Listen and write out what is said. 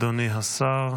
בבקשה, אדוני השר.